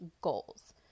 goals